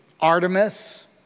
Artemis